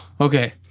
Okay